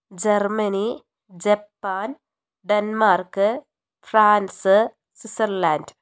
Germany Japan Denmark France Switzerland